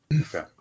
Okay